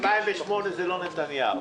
ב-2008 זה לא נתניהו.